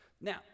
Now